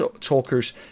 talkers